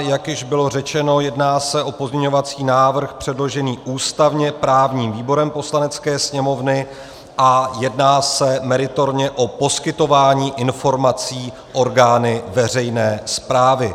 Jak již bylo řečeno, jedná se o pozměňovací návrh předložený ústavněprávním výborem Poslanecké sněmovny a jedná se meritorně o poskytování informací orgány veřejné správy.